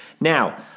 Now